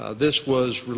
ah this was